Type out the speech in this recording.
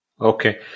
okay